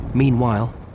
Meanwhile